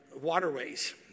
waterways